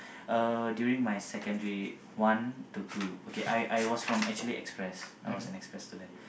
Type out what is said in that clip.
uh during my secondary one to two okay I I was from actually express I was an express student